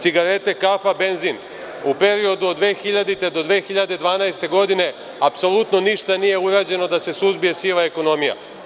Cigarete, kafa, benzin - u periodu od 2000. do 2012. godine apsolutno ništa nije urađeno da se suzbije siva ekonomija.